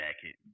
jacket